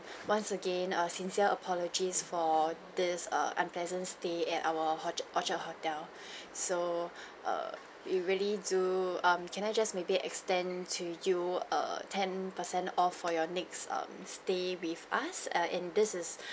once again our sincere apologies for this err unpleasant stay at our orchard orchard hotel so err we really do um can I just maybe extend to you err ten percent off for your um next stay with us and this is